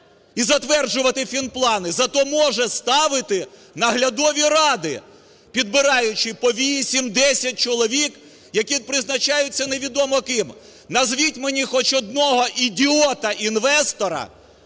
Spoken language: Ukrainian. і затверджувати фінплани, зате може ставити наглядові ради, підбираючи по 8-10 чоловік, які призначаються невідомо ким. Назвіть мені хоч одного ідіота інвестора,